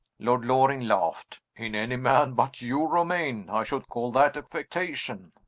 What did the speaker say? lord loring laughed. in any man but you, romayne, i should call that affectation.